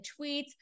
tweets